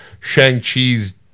Shang-Chi's